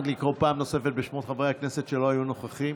נא לקרוא פעם נוספת בשמות חברי הכנסת שלא היו נוכחים.